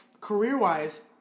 career-wise